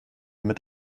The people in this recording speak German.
mit